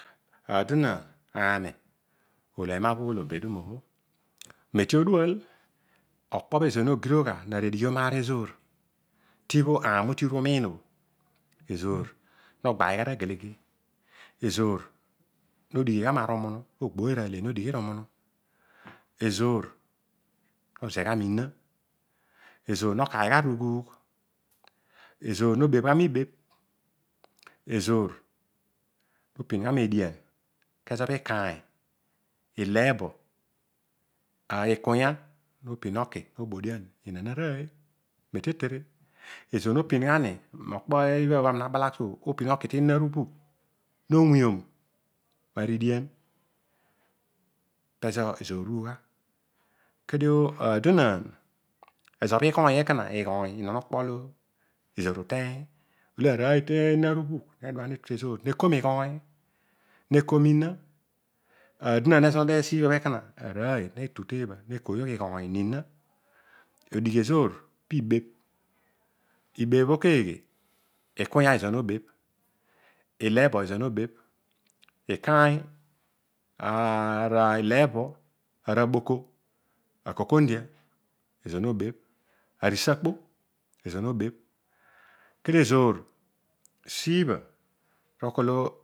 Aadonan aani olo ema bho ugholbo obedun o medi odual okpobho ezor mogirogh gha ara edighiom aar ezoor. tibho ami umute uru umiin õ. ezor nogbai aragele. ezor no dighi rumunu, ezor no zegha mina, ezor no kaiy gha rughuugh, ezor no bebhgha mibebh ezor noyringha median kezo bha ikaiy. ileebo, ikunya opin oki obodian inon aroiy meti etere ezor no pingha ni mokpo ibha bho aami na balagh suo opin oki tinon arubhugh oweom maridian. pezo ezor urugh gha ezobho ighoiy ekana, ighoiy ni non okpo lo ezor uteiy ilo aroiy ti mon ari bugh netu tezoor neko mighoiy, neko mina, adon ezo bho nogdeghe suo bho ekana aroiy netu teebha nekoiyogh arinam na arina. Odighi ezor pibebh. ibebh õbhõ kegheiy? Ikuny a pezor no beh, ileebo ezor nobebh. ukaiy. ara ileebo, akokowdig, ara boko, ara isakpõ ezor no bebh. Kedio ezor, siibhõ arol kolo.